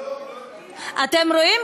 אתם רואים?